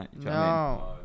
no